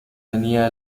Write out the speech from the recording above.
tenía